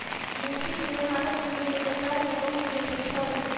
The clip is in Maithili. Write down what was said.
मोती के हारक मूल्य बाजार मे बहुत बेसी छल